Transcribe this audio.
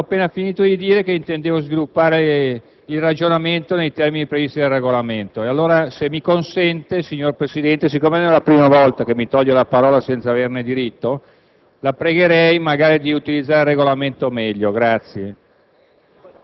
Pensavo avesse terminato, prego. CASTELLI *(LNP)*. Forse dovrebbe stare più attento, perché avevo appena finito di dire che intendevo sviluppare il ragionamento nei termini previsti dal Regolamento. Allora, se mi consente, signor Presidente, siccome non è la prima volta che mi toglie la parola senza averne diritto,